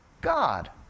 God